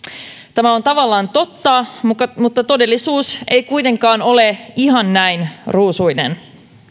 tämä on tavallaan totta mutta mutta todellisuus ei kuitenkaan ole ihan näin ruusuinen